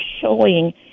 showing